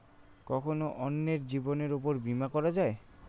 কখন অন্যের জীবনের উপর বীমা করা যায়?